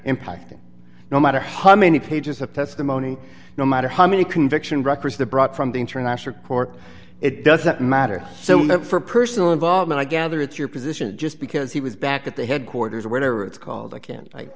impacting no matter how many pages of testimony no matter how many conviction records that brought from the international court it doesn't matter so not for personal involvement i gather it's your position just because he was back at the headquarters or whatever it's called i can't